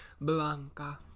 Blanca